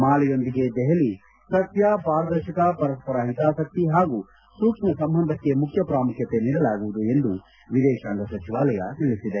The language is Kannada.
ಮಾಲೆಯೊಂದಿಗೆ ದೆಹಲಿ ಸತ್ತ್ ಪಾರದರ್ಶಕ ಪರಸ್ಪರ ಹಿತಾಸಕ್ತಿ ಹಾಗೂ ಸೂಕ್ಷ್ಮ ಸಂಬಂಧಕ್ಕೆ ಮುಖ್ಯ ಪ್ರಾಮುಖ್ಯತೆ ನೀಡಲಾಗುವುದು ಎಂದು ವಿದೇತಾಂಗ ಸಚಿವಾಲಯ ತಿಳಿಸಿದೆ